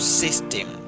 system